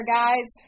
guys